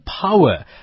power